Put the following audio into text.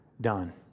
done